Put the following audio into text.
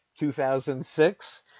2006